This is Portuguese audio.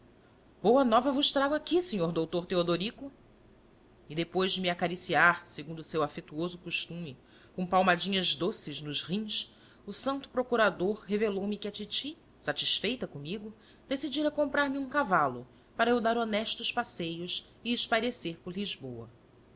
boa nova vos trago aqui senhor doutor teodorico e depois de me acaridar segundo o seu afetuoso costume com palmadinhas doces nos rins o santo procurador revelou me que a titi satisfeita comigo decidira comprar me um cavalo para eu dar honestos passeios e espairecer por lisboa